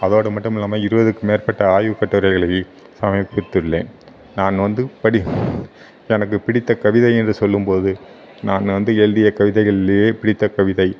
அதோடு மட்டுமில்லாமல் இருபதுக்கு மேற்பட்ட ஆய்வுக் கட்டுரைகளை சமர்பித்துள்ளேன் நான் வந்து படி எனக்கு பிடித்த கவிதை என்று சொல்லும் போது நான் வந்து எழுதிய கவிதைகளிலேயே பிடித்த கவிதை